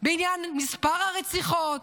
בעניין מספר הרציחות,